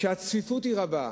הצפיפות היא רבה.